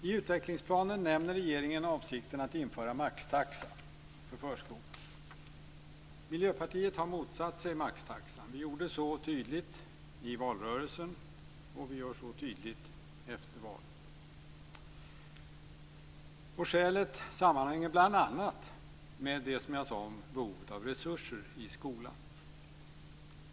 I utvecklingsplanen nämner regeringen avsikten att införa maxtaxa för förskolan. Miljöpartiet har motsatt sig maxtaxan. Vi gjorde det tydligt i valrörelsen, och vi gör det tydligt efter valet. Skälet sammanhänger bl.a. med det som jag sade om behovet av resurser i skolan.